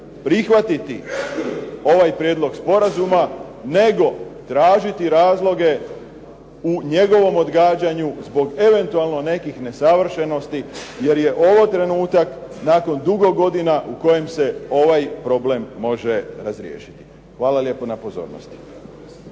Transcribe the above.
prihvatiti ovaj prijedlog sporazuma, nego tražiti razloge u njegovom odgađanju zbog eventualno nekih nesavršenosti. Jer je ovo trenutak nakon dugo godina u kojem se ovaj problem može razriješiti. Hvala lijepo na pozornosti.